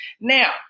Now